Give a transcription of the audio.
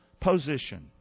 Position